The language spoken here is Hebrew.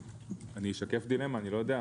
אני אשתף דילמה: אני לא יודע,